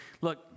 look